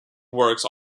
works